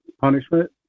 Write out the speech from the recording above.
punishment